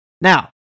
now